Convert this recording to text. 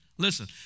Listen